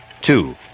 two